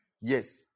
Yes